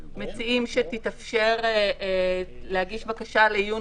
אנחנו מציעים שתתאפשר הגשת בקשה לעיון